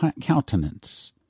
countenance